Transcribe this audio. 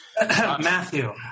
Matthew